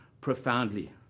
profoundly